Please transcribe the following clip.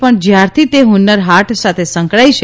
પણ જયારથી તે હુન્નર હાટ સાથે સંકળાઇ છે